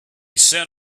set